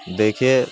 دیکھیے